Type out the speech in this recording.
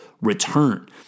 return